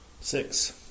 Six